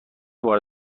بار